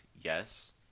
yes